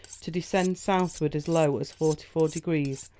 to descend southward as low as forty four degrees,